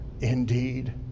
indeed